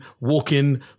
walking